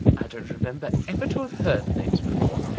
i don't remember ever to have heard the names before.